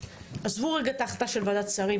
עזבו רגע את ההחלטה של ועדת השרים,